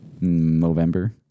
November